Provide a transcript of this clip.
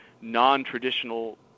non-traditional